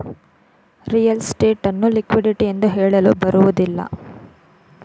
real estate ಅನ್ನು liquidity ಎಂದು ಹೇಳಲು ಬರುವುದಿಲ್ಲ